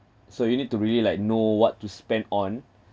so you need to really like know what to spend on